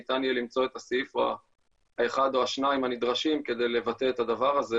ניתן יהיה למצוא את הסעיף האחד או השנים הנדרשים כדי לבטא את הדבר הזה